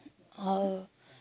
और